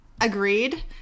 agreed